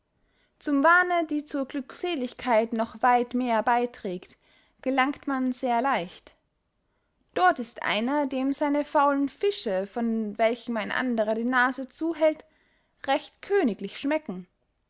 zum wahne die zur glückseligkeit noch weit mehr beyträgt gelangt man sehr leicht dort ist einer dem seine faulen fische von welchen ein anderer die nase zuhält recht königlich schmecken